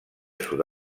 sud